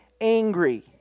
angry